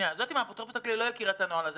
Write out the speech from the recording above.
הנציגה מן האפוטרופוס הכללי לא הכירה את הנוהל הזה.